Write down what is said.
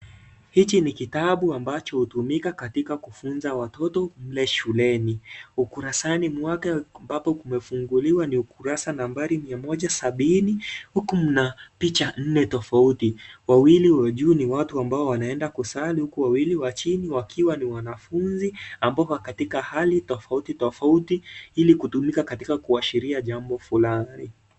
Hiki ni kitabu ambacho hutumika katika kufunza watoto mle shuleni. Ukurasani mwake ambapo kumefunguliwa ni ukurasa mia moja sabini huku mna picha nne tofauti, wawili wa juu ni watu ambao wanaenda kusali huku wawili wa chini wakiwa ni wanafunzi ambao wako katika hali tofauti tofauti ili kutumika katika kuashiria jambo fulani.